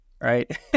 right